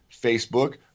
Facebook